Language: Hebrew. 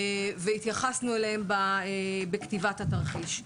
והתייחסנו אליהם בכתיבת התרחיש.